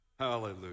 Hallelujah